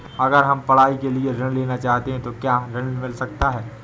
अगर हम पढ़ाई के लिए ऋण लेना चाहते हैं तो क्या ऋण मिल सकता है?